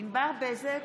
ענבר בזק,